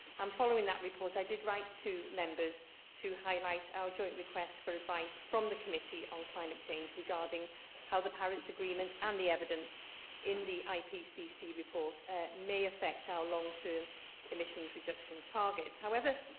um following that report, i did write to members to highlight our joint request for advice from the committee on climate change regarding how the paris agreement and the evidence in the ipcc report may affect our long-term emissions reduction targets. however,